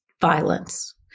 violence